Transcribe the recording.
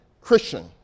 Christian